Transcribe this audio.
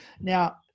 Now